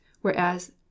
whereas